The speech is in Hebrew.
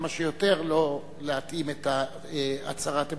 כמה שיותר, להתאים את הצהרת האמונים.